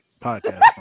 podcast